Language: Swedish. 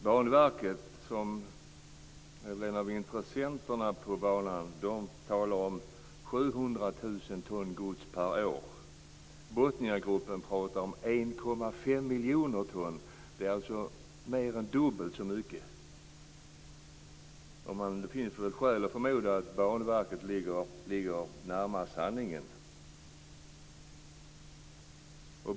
Banverket, som är en av intressenterna på banan, talar om 700 000 ton gods per år. Botniagruppen pratar om 1,5 miljoner ton. Det är alltså mer än dubbelt så mycket. Det finns väl skäl att förmoda att Banverket ligger närmast sanningen.